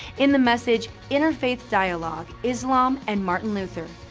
in the message, interfaith dialogue islam and martin luther,